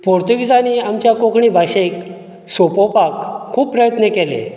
पोर्तुगेजानी आमच्या कोंकणी भाशेक सोंपोवपाक खूब प्रयत्न केले